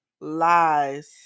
Lies